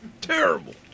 terrible